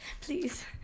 please